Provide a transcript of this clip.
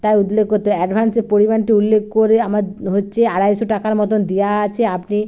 তাই উল্লেখ করতে অ্যাডভান্সের পরিমাণটি উল্লেখ করে আমার হচ্ছে আড়াইশো টাকার মতন দেওয়া আছে আপনি